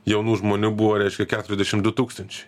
jaunų žmonių buvo reiškia keturiasdešim du tūkstančiai